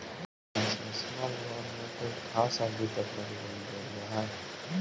concessional loan में कोई खास अवधि तक लगी लोन देल जा हइ